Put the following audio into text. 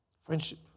Friendship